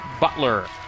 Butler